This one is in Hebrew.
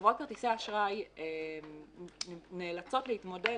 חברות כרטיסי האשראי נאלצות להתמודד